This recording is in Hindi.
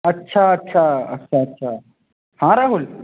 अच्छा अच्छा अच्छा अच्छा हाँ राहुल